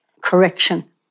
correction